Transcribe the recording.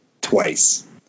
twice